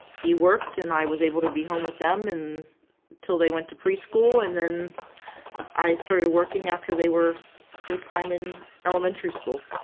he worked, and i was able to be home with them until they went to preschool. and then i started working after they were full time in elementary school.